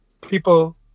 people